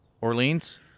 Orleans